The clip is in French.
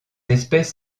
espèce